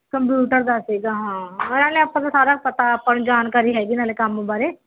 computer ਦਾ ਸੀਗਾ ਹਾਂ ਉਹਨਾਂ ਨੇ ਆਪਾਂ ਤਾਂ ਸਾਰਾ ਪਤਾ ਆਪਾਂ ਨੂੰ ਜਾਣਕਾਰੀ ਹੈਗੀ ਨਾਲ ਕੰਮ ਬਾਰੇ